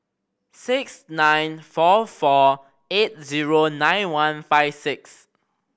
six nine four four eight zero nine one five six